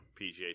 PGA